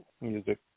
music